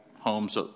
homes